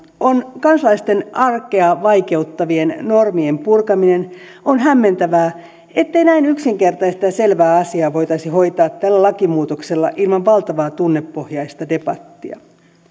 on kansalaisten arkea vaikeuttavien normien purkaminen on hämmentävää ettei näin yksinkertaista ja selvää asiaa voitaisi hoitaa tällä lakimuutoksella ilman valtavaa tunnepohjaista debattia